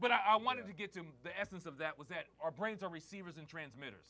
but i wanted to get to the essence of that was that our brains are receivers and transmitte